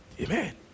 amen